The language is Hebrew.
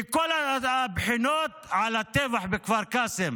מכל הבחינות, לטבח בכפר קאסם.